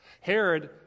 Herod